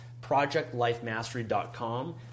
projectlifemastery.com